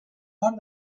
nord